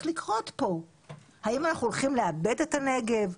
לקרות כאן - האם אנחנו הולכים לאבד את הנגב,